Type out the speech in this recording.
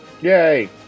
Yay